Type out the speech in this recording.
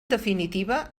definitiva